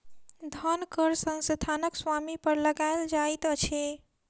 धन कर संस्थानक स्वामी पर लगायल जाइत अछि